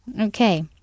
Okay